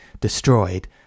destroyed